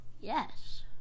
Yes